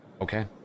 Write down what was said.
Okay